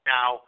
Now